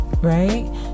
right